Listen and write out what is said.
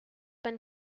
been